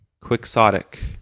Quixotic